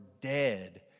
dead